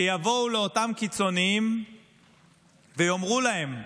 שיבואו לאותם קיצוניים ויאמרו להם: